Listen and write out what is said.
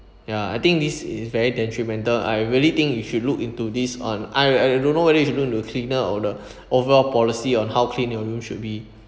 ya I think this is very detrimental I really think you should look into this on I I don't know whether it's you should look into the cleaner or the overall policy on how clean your room should be